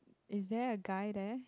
is there a guy there